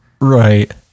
Right